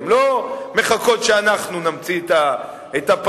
הן לא מחכות שאנחנו נמציא את הפטנט.